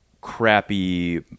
crappy